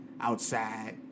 outside